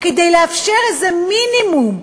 כדי לאפשר איזה מינימום,